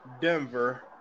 Denver